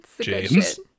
James